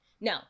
No